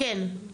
כן.